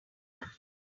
hard